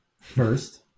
first